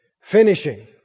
Finishing